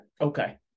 Okay